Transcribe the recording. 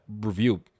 review